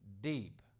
deep